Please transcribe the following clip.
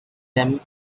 them